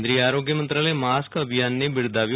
કેન્દ્રિય આરોગ્ય મંત્રાલયે માસ્ક અભિયાનને બિરદાવ્યું